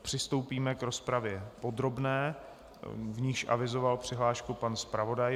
Přistoupíme k rozpravě podrobné, v níž avizoval přihlášku pan zpravodaj.